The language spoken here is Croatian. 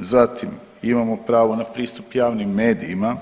Zatim, imamo pravo na pristup javnim medijima,